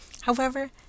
However